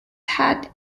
had